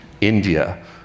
india